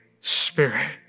Spirit